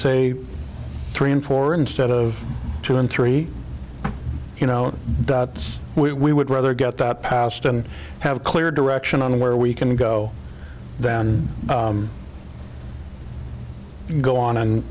say three and four instead of two and three you know we would rather get that passed and have a clear direction on where we can go than go on and